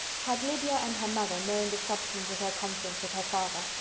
had lydia and her mother known the substance of her conference with her father,